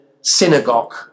synagogue